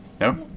No